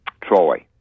Troy